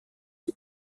die